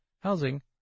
housing